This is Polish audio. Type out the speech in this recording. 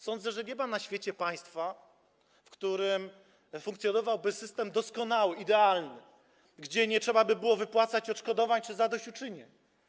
Sądzę, że nie ma na świecie państwa, w którym funkcjonowałby system doskonały, idealny, gdzie nie trzeba by było wypłacać odszkodowań czy zadośćuczynień.